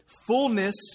fullness